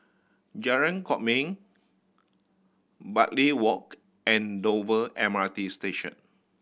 Jalan Kwok Min Bartley Walk and Dover M R T Station